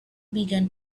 began